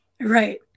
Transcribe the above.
Right